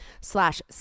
slash